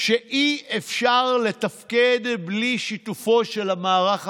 שאי-אפשר לתפקד בלי שיתופו של המערך המוניציפלי,